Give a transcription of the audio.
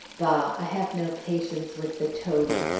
bah! i have no patience with the toady!